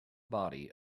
body